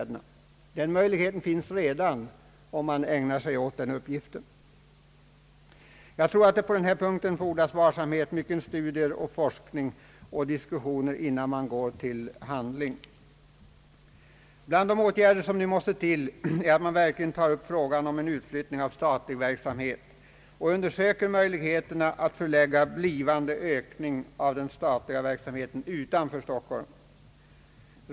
Det alternativet finns redan om man vill ägna sig åt den uppgiften. Det fordras varsamhet, mycket studier, forskning och diskussioner innan man går till att forcera omilyttningen inom länen. Bland de åtgärder som nu måste till är att man verkligen tar upp frågan om en utflyttning av statliga företag och undersöker möjligheterna att förlägga blivande ökning av den statliga verksamheten utanför Stockholm.